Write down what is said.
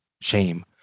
shame